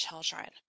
children